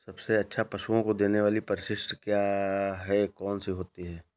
सबसे अच्छा पशुओं को देने वाली परिशिष्ट क्या है? कौन सी होती है?